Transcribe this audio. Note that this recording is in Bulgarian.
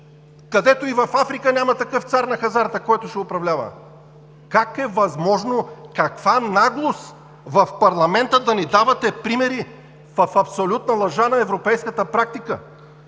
И в Африка няма такъв цар на хазарта, който ще управлява! Как е възможно! Каква наглост – в парламента да ни давате примери в абсолютна лъжа на европейската практика!